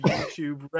YouTube